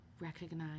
Recognize